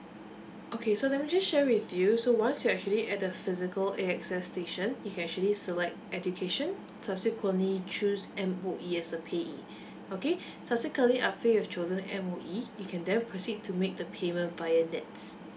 okay so let me just share with you so once you actually at the physical A_X_S station you can actually select education subsequently choose M_O_E as a payee okay subsequently after you've chosen M_O_E you can then proceed to make the payment via NETS